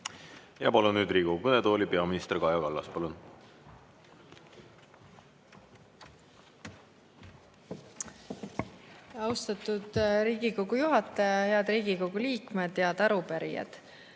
Palun nüüd Riigikogu kõnetooli peaminister Kaja Kallase. Palun! Austatud Riigikogu juhataja! Head Riigikogu liikmed! Head arupärijad!